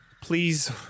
Please